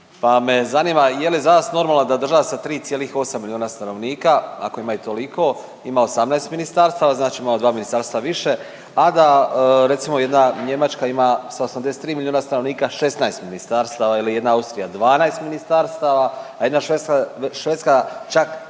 pa me zanima je li za vas normalno da država se 3,8 miliona stanovnika ako ima i toliko ima 18 ministarstva, znači imamo 2 ministarstva više, a da recimo jedna Njemačka ima sa 83 miliona stanovnika 16 ministarstava ili jedna Austrija 12 ministarstava, a jedna Švedska čak